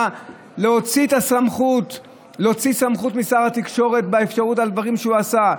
להוציא סמכות משר התקשורת על דברים שהוא עשה.